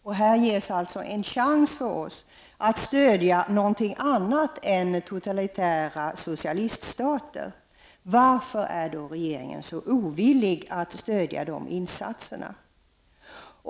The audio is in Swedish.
Här har vi alltså en chans att stödja någonting annat, dvs. att stödja länder som inte är totalitära socialiststater. Men varför är regeringen så ovillig att stödja sådana insatser?